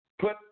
Put